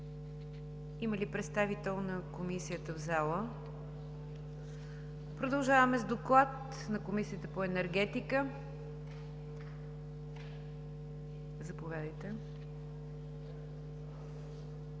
Има ли представител на Комисията в залата? Няма. Продължаваме с Доклад на Комисията по енергетика. Заповядайте,